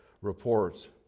reports